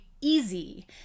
easy